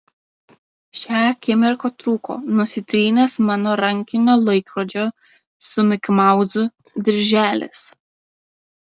šią akimirką trūko nusitrynęs mano rankinio laikrodžio su mikimauzu dirželis